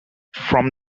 from